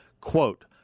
Quote